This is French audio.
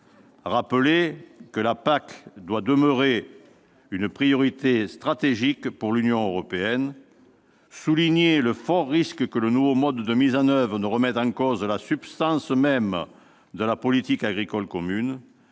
rappeler que la PAC doit demeurer une priorité stratégique pour l'Union européenne ; souligner le fort risque que le nouveau mode de mise en oeuvre ne remette en cause la substance même de la politique agricole commune